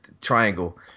triangle